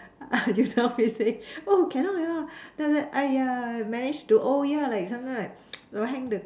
ah just can face him oh cannot cannot then after that !aiya! manage to oh yeah like sometime like hang the